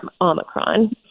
Omicron